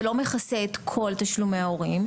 זה לא מכסה את כל תשלומי ההורים,